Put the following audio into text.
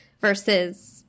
versus